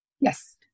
Yes